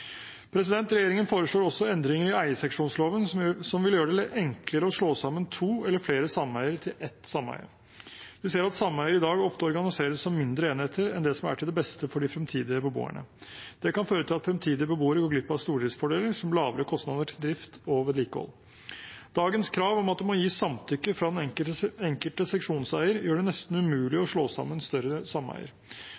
Regjeringen foreslår også endringer i eierseksjonsloven som vil gjøre det enklere å slå sammen to eller flere sameier til ett sameie. Vi ser at sameier i dag ofte organiseres som mindre enheter enn det som er til det beste for de fremtidige beboerne. Det kan føre at fremtidige beboere går glipp av stordriftsfordeler, som lavere kostnader til drift og vedlikehold. Dagens krav om at det må gis samtykke fra den enkelte seksjonseier, gjør det nesten umulig